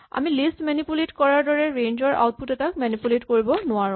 আমি list manipulate কৰাৰ দৰে ৰেঞ্জ ৰ আউটপুট এটাক মেনিপুলেট কৰিব নোৱাৰো